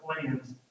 plans